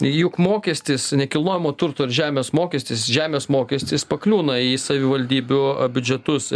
juk mokestis nekilnojamo turto ir žemės mokestis žemės mokestis pakliūna į savivaldybių biudžetus